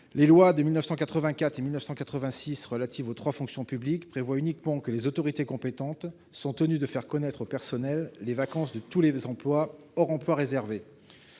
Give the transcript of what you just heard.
Les lois de 1984 et 1986 relatives aux trois fonctions publiques prévoient uniquement que les autorités compétentes sont tenues de faire connaître au personnel les vacances de tous les emplois, hors emplois réservés.